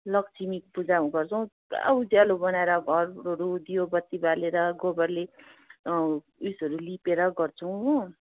लक्ष्मी पूजा गर्छौँ पुरा उज्यालो बनाएर घरहरू दियो बत्ती बालेर गोबरले उयेसहरू लिपेर गर्छौँ हो